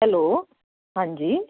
hello ਹਾਂਜੀ